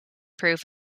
proof